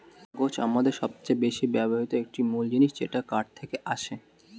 কাগজ আমাদের সবচেয়ে বেশি ব্যবহৃত একটি মূল জিনিস যেটা কাঠ থেকে আসে